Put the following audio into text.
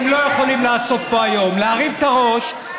להרים את הראש,